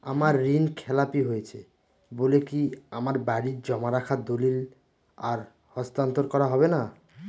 আমার ঋণ খেলাপি হয়েছে বলে কি আমার বাড়ির জমা রাখা দলিল আর হস্তান্তর করা হবে না?